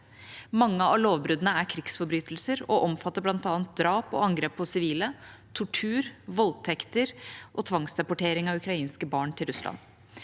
Mange av lovbruddene er krigsforbrytelser og omfatter bl.a. drap og angrep på sivile, tortur, voldtekter og tvangsdeportering av ukrainske barn til Russland.